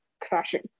crashing